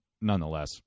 nonetheless